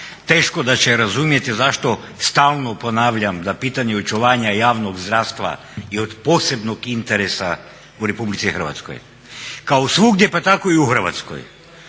teško da će razumjeti zašto stalno ponavljam da pitanje očuvanja javnog zdravstva je od posebnog interesa u Republici Hrvatskoj. Kao svugdje pa tako i u Hrvatskoj